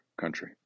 country